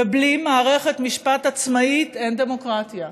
ובלי מערכת משפט עצמאית אין דמוקרטיה,